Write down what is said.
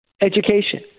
education